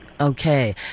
Okay